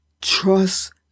trust